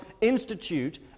institute